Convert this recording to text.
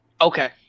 Okay